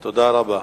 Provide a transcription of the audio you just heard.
תודה רבה.